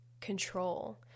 control